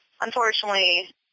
unfortunately